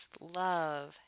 love